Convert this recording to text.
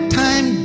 time